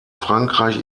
frankreich